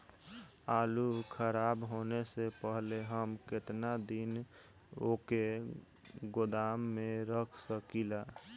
आलूखराब होने से पहले हम केतना दिन वोके गोदाम में रख सकिला?